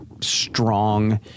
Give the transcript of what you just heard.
strong